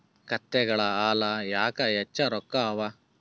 ಕತ್ತೆಗಳ ಹಾಲ ಯಾಕ ಹೆಚ್ಚ ರೊಕ್ಕ ಅವಾ?